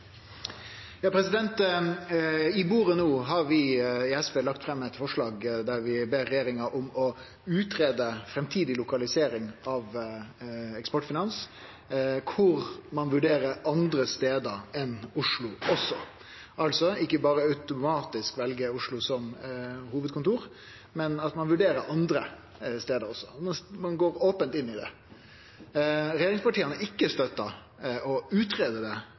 bordet no har vi i SV lagt fram eit forslag der vi ber regjeringa om å greie ut framtidig lokalisering av Eksportfinans, der ein vurderer andre stader enn Oslo også. Ein vel altså ikkje automatisk Oslo som hovudkontor, men vurderer andre stader også, og går ope inn i det. Regjeringspartia har ikkje eingong støtta å greie det